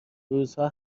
روزها